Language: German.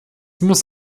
muss